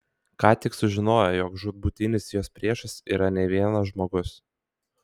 ką tik sužinojo jog žūtbūtinis jos priešas yra ne vienas žmogus